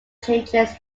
changes